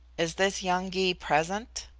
is this young gy present?